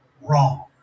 Wrong